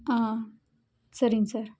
ஆ சரிங்க சார்